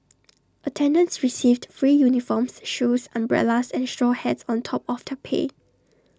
attendants received free uniforms shoes umbrellas and straw hats on top of their pay